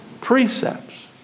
precepts